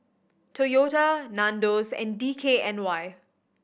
Toyota Nandos and D K N Y